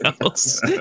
else